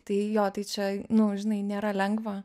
tai jo tai čia nu žinai nėra lengva